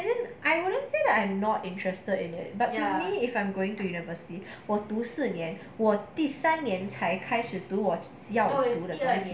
I mean I don't think I'm not interested in it but to me if I'm going to university 我读四年我第三年才开始读我要读我的东西